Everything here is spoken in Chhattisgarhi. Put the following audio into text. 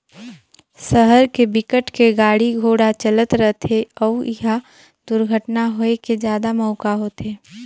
सहर के बिकट के गाड़ी घोड़ा चलत रथे अउ इहा दुरघटना होए के जादा मउका होथे